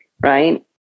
right